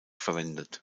verwendet